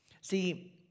See